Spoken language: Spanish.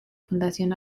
fundación